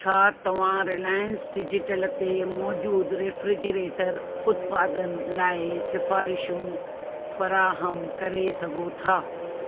छा तव्हां Reliance Digital ते मौजूदु रेफ्रिजरेटर उत्पादन लाइ सिफ़ारिशूं फ़राहम करे सघो था